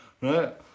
right